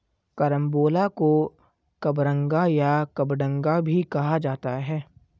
carambola को कबरंगा या कबडंगा भी कहा जाता है